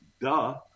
Duh